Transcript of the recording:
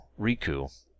Riku